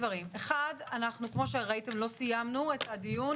כמו שראיתם, לא סיימנו את הדיון.